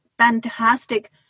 fantastic